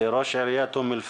ראש עיריית אום אל פחם.